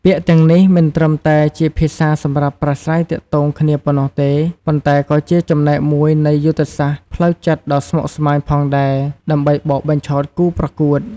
ពាក្យទាំងនេះមិនត្រឹមតែជាភាសាសម្រាប់ប្រាស្រ័យទាក់ទងគ្នាប៉ុណ្ណោះទេ ប៉ុន្តែក៏ជាចំណែកមួយនៃយុទ្ធសាស្ត្រផ្លូវចិត្តដ៏ស្មុគស្មាញផងដែរ ដើម្បីបោកបញ្ឆោតគូប្រកួត។